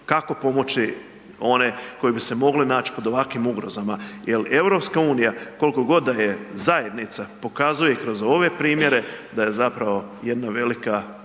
kako pomoći one koji bi se mogli naći pod ovakvim ugrozama jel EU koliko god da je zajednica, pokazuje kroz ove primjere da je jedno veliko